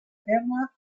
terme